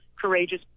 courageous